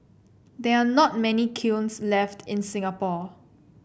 there are not many kilns left in Singapore